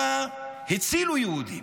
אלא הצילו יהודים,